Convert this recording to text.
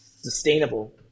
sustainable